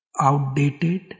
outdated